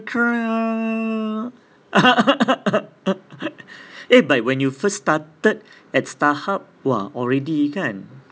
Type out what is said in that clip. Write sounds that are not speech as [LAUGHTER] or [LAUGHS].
[NOISE] [LAUGHS] eh but when you first started at Starhub !wah! already kan